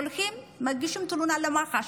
אתם הולכים ומגישים תלונה למח"ש,